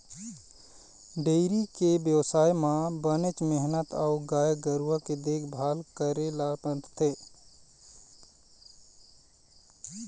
dairy के बेवसाय म बनेच मेहनत अउ गाय गरूवा के देखभाल करे ल परथे